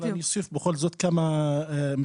אני אוסיף בכל זאת כמה משפטים.